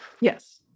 Yes